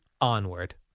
onward